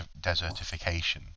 desertification